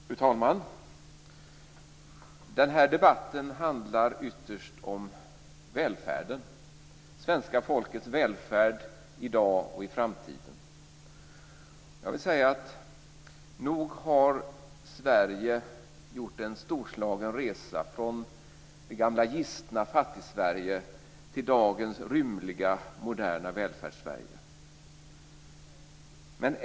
Fru talman! Den här debatten handlar ytterst om välfärden, svenska folkets välfärd i dag och i framtiden. Nog har Sverige gjort en storslagen resa från det gamla gistna Fattigsverige till dagens rymliga, moderna Välfärdssverige.